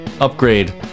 upgrade